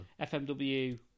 FMW